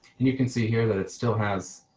and you can see here that it's still has,